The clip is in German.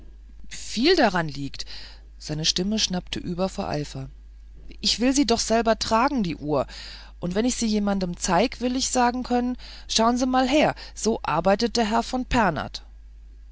viel daran liegt seine stimme schnappte über vor eifer ich will sie doch selber tragen die uhr und wenn ich sie jemandem zeig will ich sagen können schauen sie mal her so arbeitet der herr von